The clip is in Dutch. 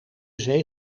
zee